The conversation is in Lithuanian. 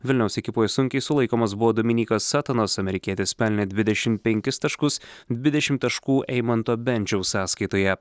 vilniaus ekipoje sunkiai sulaikomas buvo dominykas setonas amerikietis pelnė dvidešimt penkis taškus dvidešimt taškų eimanto bendžiaus sąskaitoje